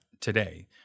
today